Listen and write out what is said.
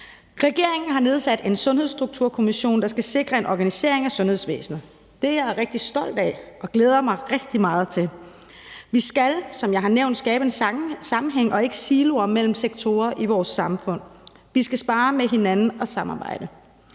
Regeringen har nedsat en Sundhedsstrukturkommission, der skal sikre en organisering af sundhedsvæsenet. Det er jeg rigtig stolt af og glæder mig rigtig meget til. Vi skal, som jeg har nævnt, skabe en sammenhæng og ikke siloer mellem sektorer i vores samfund. Vi skal sparre med hinanden og samarbejde.